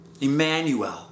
Emmanuel